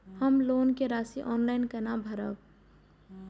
हम लोन के राशि ऑनलाइन केना भरब?